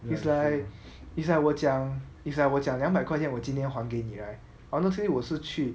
it's like it's like 我讲 is like 我讲两百块钱我今天还给你 right honestly 我是去